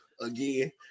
again